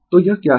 तो यह क्या है